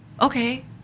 okay